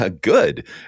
Good